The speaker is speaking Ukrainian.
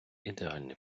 ідеальний